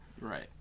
right